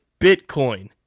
Bitcoin